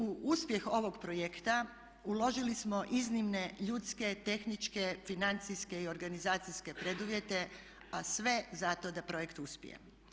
U uspjeh ovog projekta uložili smo iznimne ljudske, tehničke, financijske i organizacijske preduvjete, a sve zato da projekt uspije.